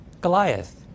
Goliath